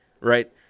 right